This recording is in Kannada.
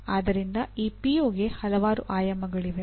ಆದ್ದರಿಂದ ಈ ಪಿಒಗೆ ಹಲವಾರು ಆಯಾಮಗಳಿವೆ